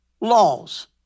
laws